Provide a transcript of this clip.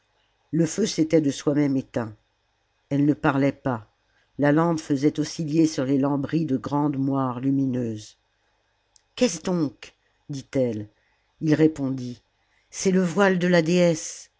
le feu s'était de soi-même éteint elle ne parlait pas la lampe faisait osciller sur les lambris de grandes moires lumineuses qu'est-ce donc dit-elle ii répondit c'est le voile de la